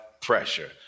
pressure